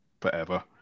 forever